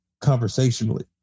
conversationally